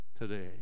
today